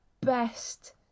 best